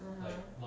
(uh huh)